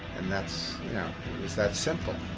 and that's you know, it was that simple.